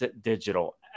digital